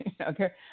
Okay